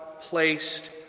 placed